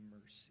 mercy